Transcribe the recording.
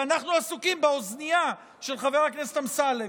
ואנחנו עסוקים באוזנייה של חבר הכנסת אמסלם.